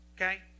Okay